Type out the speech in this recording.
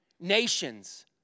nations